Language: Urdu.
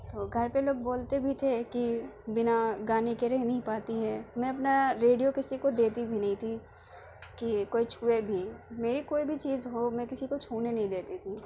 تو گھر پہ لوگ بولتے بھی تھے کہ بنا گانے کے رہ نہیں پاتی ہے میں اپنا ریڈیو کسی کو دتی بھی نہیں تھی کہ کوئی چھوئے بھی میری کوئی بھی چیز ہو میں کسی کو چھونے نہیں دیتی تھی